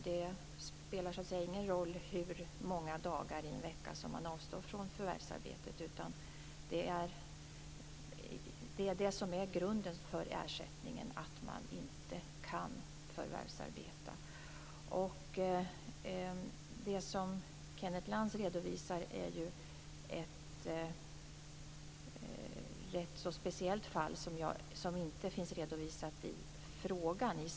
Det spelar ingen roll hur många dagar i en vecka som man avstår från förvärvsarbete, utan grunden för ersättningen är att man inte kan förvärvsarbeta. Det som Kenneth Lantz redovisar är ett rätt speciellt fall som inte finns redovisat i frågan.